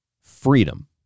Freedom